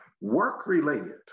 Work-related